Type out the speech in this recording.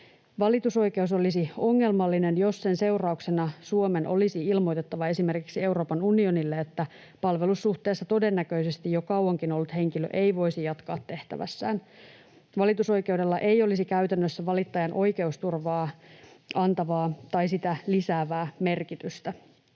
Valitusoikeus olisi ongelmallinen, jos sen seurauksena Suomen olisi ilmoitettava esimerkiksi Euroopan unionille, että palvelussuhteessa todennäköisesti jo kauankin ollut henkilö ei voisi jatkaa tehtävässään. Valitusoikeudella ei olisi käytännössä valittajan oikeusturvaa lisäävää merkitystä.